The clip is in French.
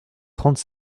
trente